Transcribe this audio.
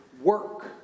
work